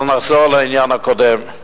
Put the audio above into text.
אבל נחזור לעניין הקודם.